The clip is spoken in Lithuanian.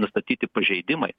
nustatyti pažeidimai